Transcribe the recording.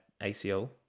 ACL